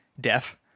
deaf